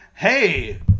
Hey